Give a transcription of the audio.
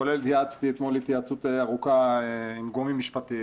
כולל התייעצות ארוכה שקיימתי אתמול עם גורמים משפטיים.